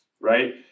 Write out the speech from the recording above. right